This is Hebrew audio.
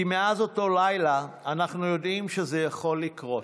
כי מאז אותו לילה, אנחנו יודעים שזה יכול לקרות.